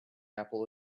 apple